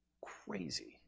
crazy